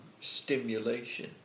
stimulation